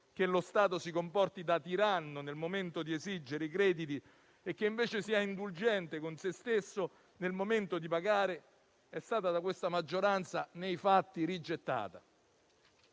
allo Stato di comportarsi da tiranno nel momento di esigere i crediti e di essere indulgente invece con se stesso nel momento di pagare, è stata da questa maggioranza nei fatti rigettata.